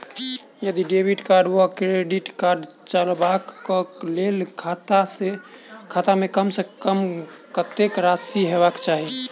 यदि डेबिट वा credit card चलबाक कऽ लेल खाता मे कम सऽ कम कत्तेक राशि हेबाक चाहि?